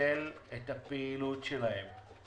לבטל את הפעילות שלהן.